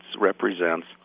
represents